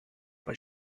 but